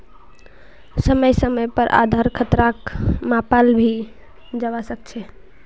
समय समय पर आधार खतराक मापाल भी जवा सक छे